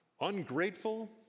ungrateful